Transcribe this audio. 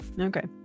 Okay